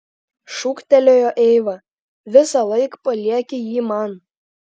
šūktelėjo eiva visąlaik palieki jį man